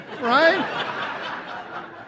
right